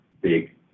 big